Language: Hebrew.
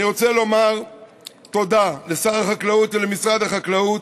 אני רוצה לומר תודה לשר החקלאות ולמשרד החקלאות,